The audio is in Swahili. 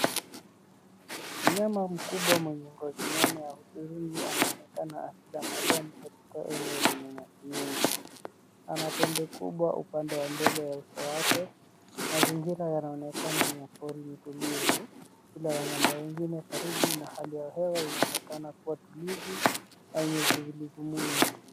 Mnyama mkubwa mwenye ngozi nene ya hudhurungi anaonekana akila majani katika eneo lenye nyasi nyingi. Anapembe kubwa upande wa mbele ya uso wake. Mazingira yanaonekana ni ya pori mtulivu ila wanyama wengine karibu na hali yahewa inaonekana kuwa tulivu na yenye utulivu mwingi.